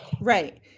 Right